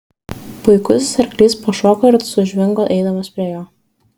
puikusis arklys pašoko ir sužvingo eidamas prie jo